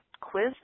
quiz